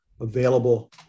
available